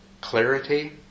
clarity